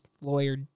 lawyer